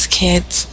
kids